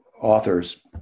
authors